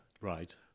Right